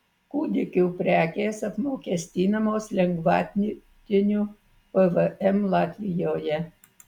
kūdikių prekės apmokestinamos lengvatiniu pvm latvijoje